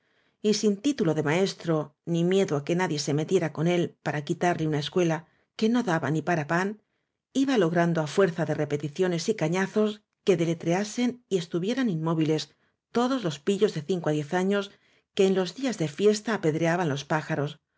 y sin título de maestro ni mie do á que nadie se metiera con él para quitarle una escuela que no daba ni para pan iba lo grando á fuerza de repeticiones y cañazos que deletreasen y estuvieran inmóviles todos los pillos de cinco á diez años que en los días de fiesta apedreaban los pájaros